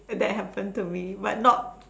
err that happen to me but not